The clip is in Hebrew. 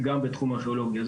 זה גם בתחום הארכיאולוגיה.